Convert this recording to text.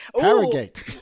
Harrogate